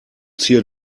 zier